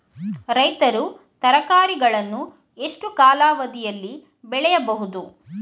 ರೈತರು ತರಕಾರಿಗಳನ್ನು ಎಷ್ಟು ಕಾಲಾವಧಿಯಲ್ಲಿ ಬೆಳೆಯಬಹುದು?